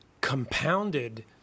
compounded